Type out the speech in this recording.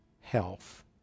health